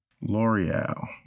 L'Oreal